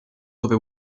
dove